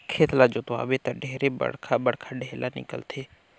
खेत ल जोतवाबे त ढेरे बड़खा बड़खा ढ़ेला निकलथे